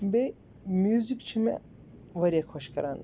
بیٚیہِ میوٗزِک چھُ مےٚ واریاہ خۄش کران